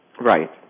Right